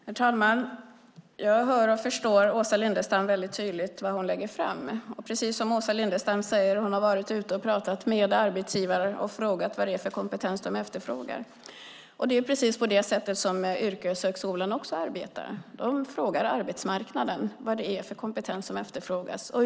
Herr talman! Jag hör och förstår väldigt tydligt vad Åsa Lindestam lägger fram. Åsa Lindestam säger att hon har varit ute och talat med arbetsgivare och frågat vad de efterfrågar. Det är också det sätt som också Yrkeshögskolan arbetar. De frågar arbetsmarknaden vad det är för kompetens som efterfrågas.